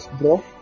bro